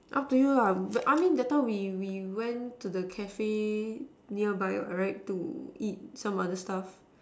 up to you lah I mean that time we we went to the cafe nearby what right to eat some other stuff